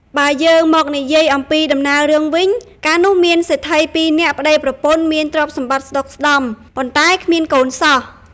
បើយើងមកនិយាអំពីដំណើររឿងវិញ កាលនោះមានសេដ្ឋីពីរនាក់ប្តីប្រពន្ធមានទ្រព្យសម្បត្តិស្តុកស្តម្ភ ប៉ុន្តែគ្មានកូនសោះ។